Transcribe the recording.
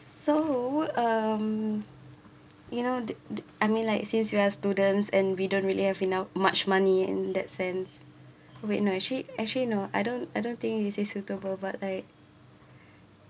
so um you know the the I mean like since you are students and we don't really have enough much money in that sense wait no actually actually no I don't I don't think it is suitable but like